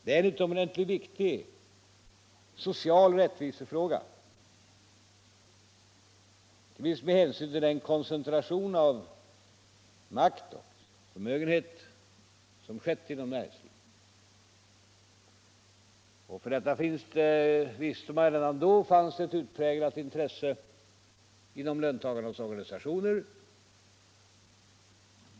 Det är en utomordentligt viktig social rättvisefråga, inte minst med hänsyn till den koncentration av makt och förmögenhet som skett inom näringslivet, och för detta fanns — det visste man redan då — ett utpräglat intresse inom löntagarnas organisationer.